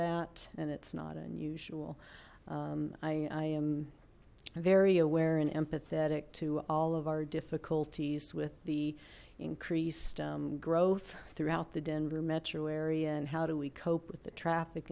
that and it's not unusual i am very aware and empathetic to all of our difficulties with the increased growth throughout the denver metro area and how do we cope with the traffic